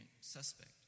suspect